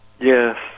Yes